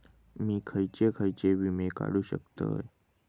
मी खयचे खयचे विमे काढू शकतय?